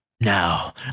Now